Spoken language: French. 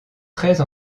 treize